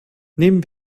nehmen